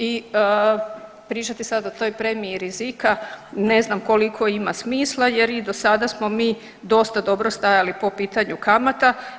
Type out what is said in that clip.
I pričati sada o toj premiji rizika ne znam koliko ima smisla, jer i do sada smo mi dosta dobro stajali po pitanju kamata.